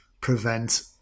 prevent